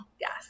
Yes